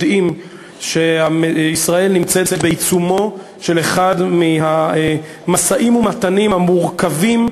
יודעים שישראל נמצאת בעיצומו של אחד מהמשאים-ומתנים המורכבים,